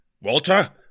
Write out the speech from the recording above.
Walter